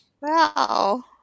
Wow